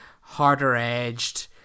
harder-edged